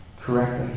correctly